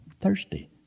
thirsty